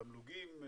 תמלוגים,